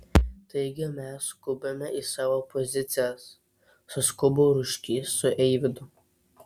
taigi mes skubame į savo pozicijas suskubo ruškys su eivydu